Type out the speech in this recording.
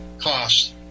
cost